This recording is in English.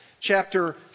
chapter